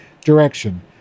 direction